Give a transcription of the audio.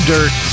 Dirt